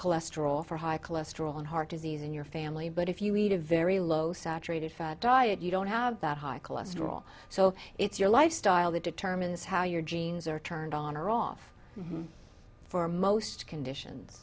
cholesterol for high cholesterol and heart disease in your family but if you eat a very low saturated fat diet you don't have that high cholesterol so it's your lifestyle that determines how your genes are turned on or off for most conditions